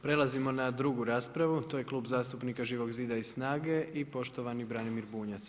Prelazimo na drugu raspravu, to je Klub zastupnika Živog zida i SNAGA-e i poštovani Branimir Bunjac.